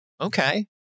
Okay